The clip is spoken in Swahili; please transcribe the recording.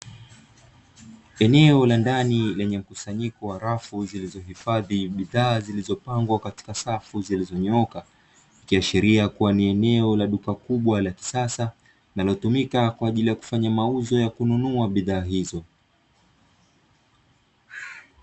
Eneo la ndani lenye mkusanyiko wa rafu zilizohifadhi bidhaa zilizopangwa katika safu zilizonyooka, ikiashiria kuwa ni eneo la duka kubwa la kisasa linalotumika kwa ajili ya kufanya mauzo ya kununua bidhaa hizo.